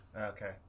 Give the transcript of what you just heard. Okay